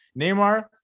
Neymar